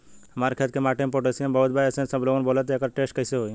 हमार खेत के माटी मे पोटासियम बहुत बा ऐसन सबलोग बोलेला त एकर टेस्ट कैसे होई?